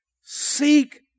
seek